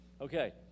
Okay